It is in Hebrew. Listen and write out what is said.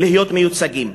להיות מיוצגים.